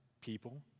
people